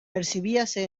percibíase